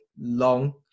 long